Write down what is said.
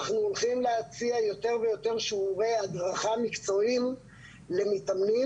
אנחנו הולכים להציע יותר ויותר שיעורי הדרכה מקצועיים למתאמנים,